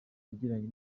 yagiranye